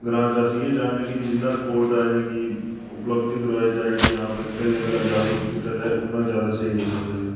ग्रांऽ च अस इ'यै चाहन्नें कि जिन्ना स्पोर्ट दा इ'नेंगी उपलब्धि करोआई जाए कि हां भई खेलने कन्नै जागरूत कीता जाए उन्ना जादै स्हेई रौह्ना चाहिदा